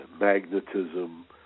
magnetism